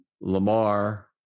lamar